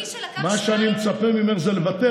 מי שלקח שניים, מה שאני מצפה ממך זה לוותר.